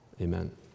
amen